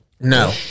No